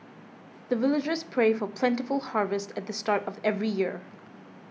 the villagers pray for plentiful harvest at the start of every year